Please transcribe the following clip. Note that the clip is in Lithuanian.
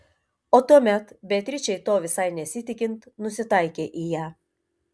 o tuomet beatričei to visai nesitikint nusitaikė į ją